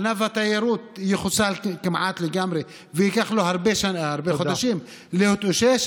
ענף התיירות יחוסל כמעט לגמרי וייקח לו הרבה חודשים להתאושש,